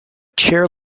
chair